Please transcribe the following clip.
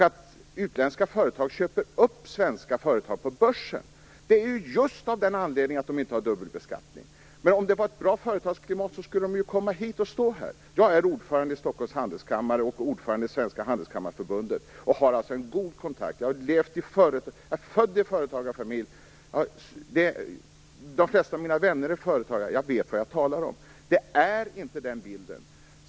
Att utländska företag köper upp svenska företag på börsen beror ju just på att de inte har dubbelbeskattning. Om det var ett bra företagsklimat här skulle de ju komma hit i stället. Jag är ordförande i Stockholms Handelskammare och ordförande i Svenska Handelskammarförbundet och har alltså en god kontakt med företagsamheten. Jag är född i en företagarfamilj, de flesta av mina vänner är företagare - jag vet vad jag talar om. Bilden är inte den som statsrådet ger.